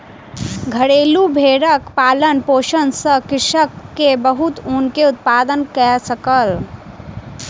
घरेलु भेड़क पालन पोषण सॅ कृषक के बहुत ऊन के उत्पादन कय सकल